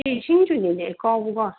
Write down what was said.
ꯑꯦ ꯁꯤꯡꯁꯨꯅꯤꯅꯦ ꯀꯥꯎꯕꯨ ꯀꯥꯎꯏ